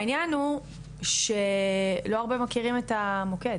העניין הוא שלא הרבה מכירים את המוקד